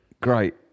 Great